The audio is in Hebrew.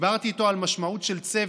דיברתי איתו על משמעות של צוות,